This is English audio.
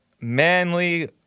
manly